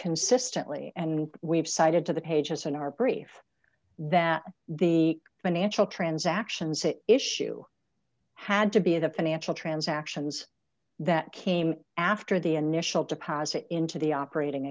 consistently and we've cited to the pages in our brief that the financial transactions that issue had to be the financial transactions that came after the initial deposit into the operating